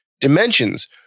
dimensions